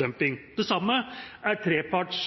dumping. Det samme er treparts